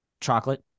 chocolate